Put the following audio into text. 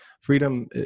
freedom